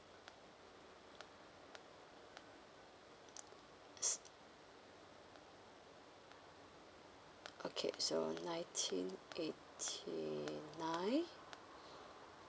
s~ okay so nineteen eighty nine